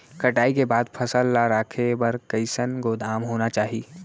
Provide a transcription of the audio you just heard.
कटाई के बाद फसल ला रखे बर कईसन गोदाम होना चाही?